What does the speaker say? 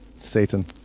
satan